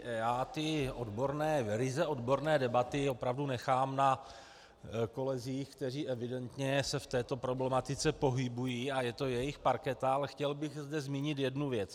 Já ty ryze odborné debaty opravdu nechám na kolezích, kteří evidentně se v této problematice pohybují, a je to jejich parketa, ale chtěl bych zde zmínit jednu věc.